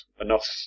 enough